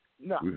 no